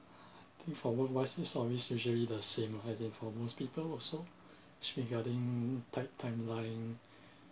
I think for work wise its always usually the same uh as in for most people also should regarding tight timeline